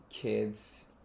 kids